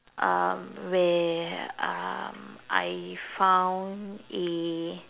um where um I found a